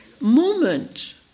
moment